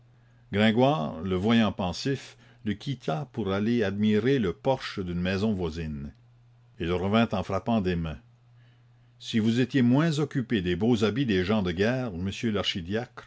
gringoire le voyant pensif le quitta pour aller admirer le porche d'une maison voisine il revint en frappant des mains si vous étiez moins occupé des beaux habits des gens de guerre monsieur l'archidiacre